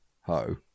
ho